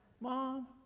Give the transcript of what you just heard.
Mom